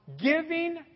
giving